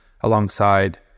alongside